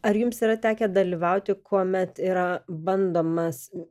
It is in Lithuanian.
ar jums yra tekę dalyvauti kuomet yra bandomas